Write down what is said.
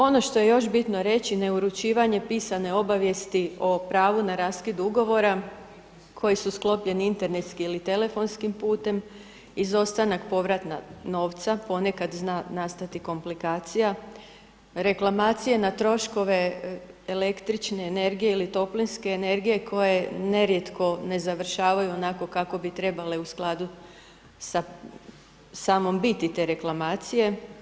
Ono što je još bitno reći, neuručivanje pisane obaveze o pravu na raskidu ugovora, koje su sklopljene internetskim ili telefonskim putem, izostanak povratak novca, ponekad zna nastati komplikacija reklamacije na troškove električne energije ili toplinske energije, koje nerijetko ne završavaju onako kako bi trebale u skladu sa samom biti te reklamacije.